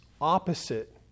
opposite